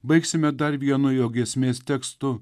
baigsime dar vienu jo giesmės tekstu